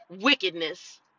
wickedness